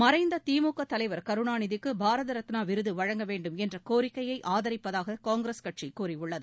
மறைந்த திமுக தலைவர் கருணாநிதிக்கு பாரத் ரத்னா விருது வழங்க வேண்டும் என்ற கோரிக்கையை ஆதரிப்பதாக காங்கிரஸ் கட்சி கூறியுள்ளது